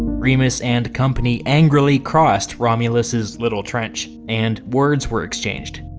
remus and company angrily crossed romulus's little trench, and words were exchanged.